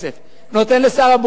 נותן לשר החינוך כסף,